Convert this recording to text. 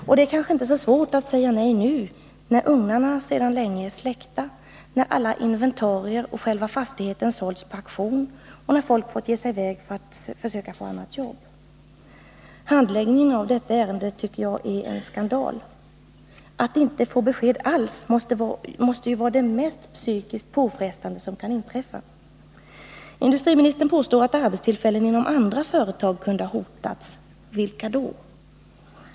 Och det är kanske inte så svårt att säga nej nu, när ugnarna sedan länge är släckta, när alla inventarier och själva fastigheten sålts på auktion och när folk har fått ge sig iväg för att försöka få annat jobb. Handläggningen av detta ärende tycker jag är en skandal. Att inte få besked alls måste ju vara det mest psykiskt påfrestande som kan drabba människor. Industriministern påstår att arbetstillfällen inom andra företag kunde ha hotats. Vilka då?